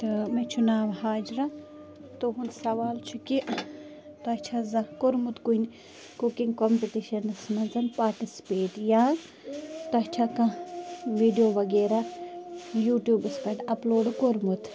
تہٕ مےٚ چھُ ناو حاجرہ تُہٕنٛد سوال چھُ کہِ تۄہہِ چھا زانہہ کوٚرمُت کُنہِ کُکِنٛگ کَمپِٹیشنَس منٛز پاٹِسِپیٹ یا تۄہہِ چھا کانٛہہ وِیٖڈیو وغیرہ یوٗٹیوبَس پٮ۪ٹھ اَپلوڈ کوٚرمُت